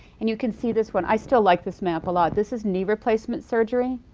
and you can see this one. i still like this map a lot. this is knee replacement surgery,